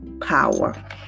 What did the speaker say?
power